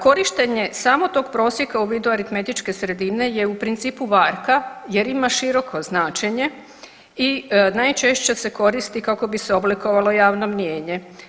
Korištenje samo tog prosjeka u vidu aritmetičke sredine je u principu varka jer ima široko značenje i najčešće se koristi kako bi se oblikovalo javno mnijenje.